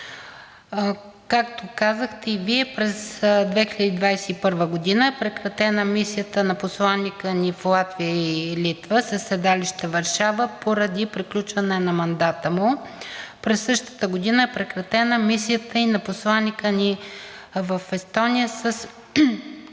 Както казахте и Вие, през 2021 г. е прекратена мисията на посланика ни в Латвия и Литва със седалище Варшава поради приключване на мандата му. През същата година е прекратена мисията и на посланика ни в Естония със